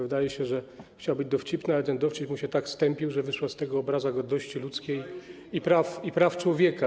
Wydaje się, że chciał być dowcipny, ale dowcip mu się tak stępił, że wyszła z tego obraza godności ludzkiej i praw człowieka.